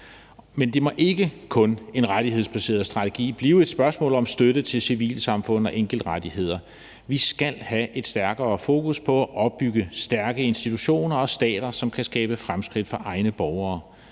Men det må ikke kun med en rettighedsbaseret strategi blive et spørgsmål om støtte til civilsamfund og enkeltrettigheder. Vi skal have et stærkere fokus på at opbygge stærke institutioner og stater, som kan skabe fremskridt for egne borgere